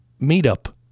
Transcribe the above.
meetup